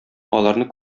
аларны